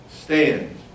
stand